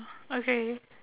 okay